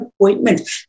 appointment